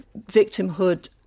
victimhood